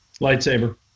lightsaber